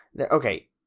okay